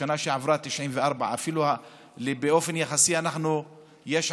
בשנה שעברה, 94. אפילו באופן יחסי יש עלייה.